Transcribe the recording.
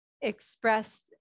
expressed